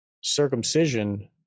circumcision